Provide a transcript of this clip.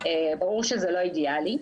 ברור שזה לא אידיאלי,